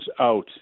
out